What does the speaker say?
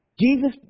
Jesus